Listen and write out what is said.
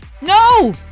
no